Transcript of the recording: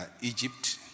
Egypt